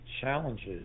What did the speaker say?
challenges